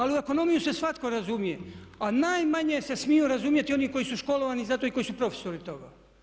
Ali u ekonomiju se svatko razumije, a najmanje se smiju razumjeti oni koji su školovani za to i koji su profesori toga.